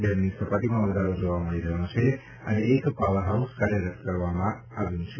ડેમની સપાટીમાં વધારો જોવા મળી રહ્યો છે અને એક પાવર હાઉસ કાર્યરત કરવામાં આવ્યું છે